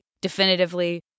definitively